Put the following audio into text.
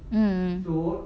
mm